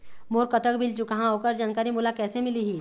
मोर कतक बिल चुकाहां ओकर जानकारी मोला कैसे मिलही?